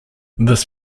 this